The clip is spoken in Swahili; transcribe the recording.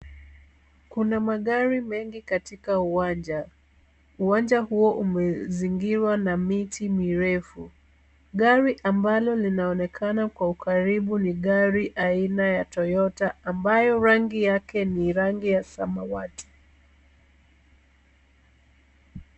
Kuna magari mengi katika uwanja, uwanja huo umezingirwa na miti mirefu, gari ambalo linaonekana kwa ukaribu ni gari aina ya Toyota ambayo rangi yake ni rangi ya samawati.